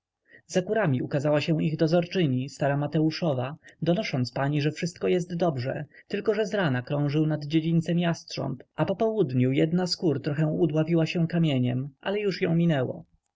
za kurami ukazała się ich dozorczyni stara mateuszowa donosząc pani że wszystko jest dobrze tylko że zrana krążył nad dziedzińcem jastrząb a po południu jedna z kur trochę udławiła się kamieniem ale już ją minęło